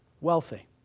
wealthy